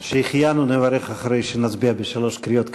"שהחיינו" נברך אחרי שנצביע בשלוש קריאות כנדרש.